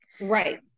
Right